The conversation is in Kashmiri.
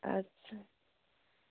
اَدٕ سا